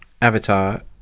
avatar